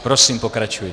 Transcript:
Prosím pokračujte.